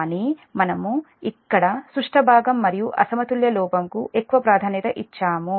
కానీ మనము ఇక్కడ సుష్ట భాగం మరియు అసమతుల్య లోపంకు ఎక్కువ ప్రాధాన్యత ఇచ్చాము